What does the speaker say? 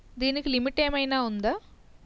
దీనికి లిమిట్ ఆమైనా ఉందా?